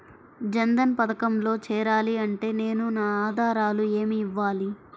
జన్ధన్ పథకంలో చేరాలి అంటే నేను నా ఆధారాలు ఏమి ఇవ్వాలి?